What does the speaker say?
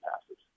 passes